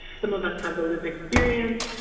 some of us have the lived experience,